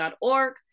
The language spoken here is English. org